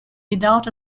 without